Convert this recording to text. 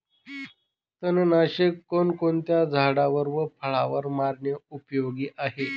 तणनाशक कोणकोणत्या झाडावर व फळावर मारणे उपयोगी आहे?